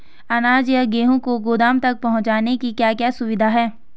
अनाज या गेहूँ को गोदाम तक पहुंचाने की क्या क्या सुविधा है?